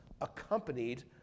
accompanied